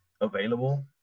Available